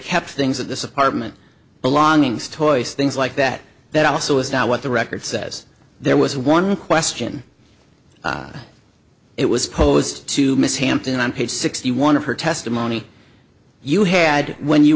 kept things at this apartment belongings toys things like that that also is not what the record says there was one question it was posed to miss hampton on page sixty one of her testimony you had when you